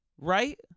right